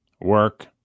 work